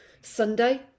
Sunday